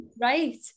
Right